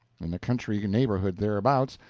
in the country neighborhood thereabouts,